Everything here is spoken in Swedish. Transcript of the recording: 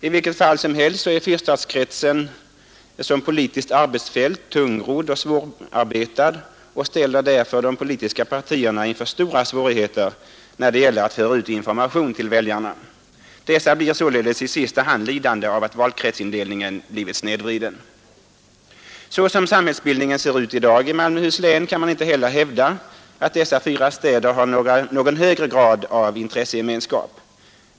I vilket fall som helst så är fyrstadskretsen som politiskt arbetsfält tungrodd och svårarbetad och ställer därför de politiska partierna inför stora svårigheter när det gäller att föra ut information till väljarna. Dessa blir således i sista hand lidande av att valkretsindelningen har blivit snedvriden. Såsom samhällsbildningen ser ut i dag i Malmöhus län kan man inte heller hävda att dessa fyra städer har någon högre grad av intressegemenskap.